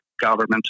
government